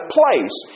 place